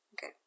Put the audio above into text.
Okay